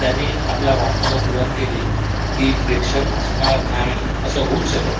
त्यांनी आपल्या भाषणाला सुरुवात केली की प्रेक्षक हसणार नाही असं होऊच शकत नाही